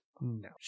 No